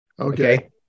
Okay